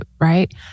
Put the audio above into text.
right